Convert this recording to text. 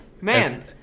man